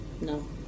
No